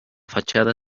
fachada